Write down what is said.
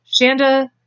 Shanda